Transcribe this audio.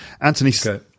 anthony